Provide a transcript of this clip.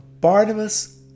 Barnabas